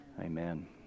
Amen